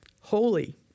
Holy